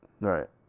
right